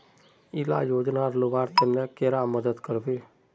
इला योजनार लुबार तने कैडा मदद करबे?